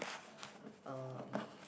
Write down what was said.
um